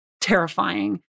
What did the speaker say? terrifying